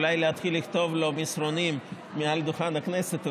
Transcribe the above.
אולי להתחיל לכתוב לו מסרונים מעל דוכן הכנסת.